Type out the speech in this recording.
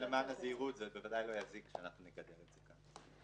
למען הזהירות, בוודאי לא יזיק שנגדר את זה כך.